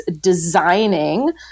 designing